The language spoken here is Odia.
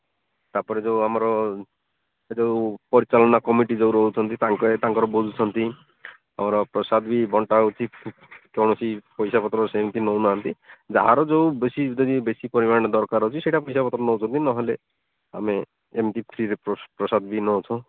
ତା'ପରେ ଯେଉଁ ଆମର ସେ ଯେଉଁ ପରିଚାଳନା କମିଟି ଯେଉଁ ରହୁଛନ୍ତି ତାଙ୍କେ ତାଙ୍କର ବୁଲୁଛନ୍ତି ଅର ପ୍ରସାଦ ବି ବଣ୍ଚା ହେଉଛି କୌଣସି ପଇସାପତ୍ର ସେମିତି ନେଉନାହାନ୍ତି ଯାହାର ଯେଉଁ ବେଶୀ ଯଦି ବେଶୀ ପରିମାଣ ଦରକାର ହେଉଛି ସେଇଟା ପଇସା ପତ୍ର ନେଉଛନ୍ତି ନହେଲେ ଆମେ ଏମିତି ଫ୍ରିରେ ବି ପ୍ରସାଦ ନେଉଛ